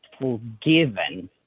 forgiven